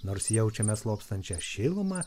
nors jaučiame slopstančią šilumą